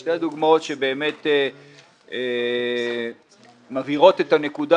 יש שתי דוגמאות שבאמת מבהירות את הנקודה